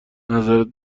نظرت